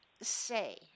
say